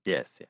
Yes